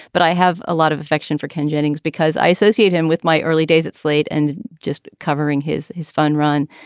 but i have a lot of affection for ken jennings because i associate him with my early days at slate and just covering his his fun run.